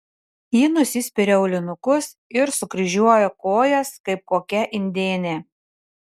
ji nusispiria aulinukus ir sukryžiuoja kojas kaip kokia indėnė